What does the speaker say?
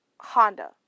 Honda